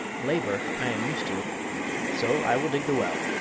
labor i am used to so i will dig the well.